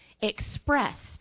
expressed